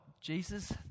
Jesus